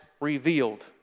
revealed